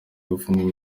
gufungura